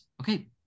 Okay